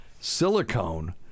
silicone